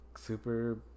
Super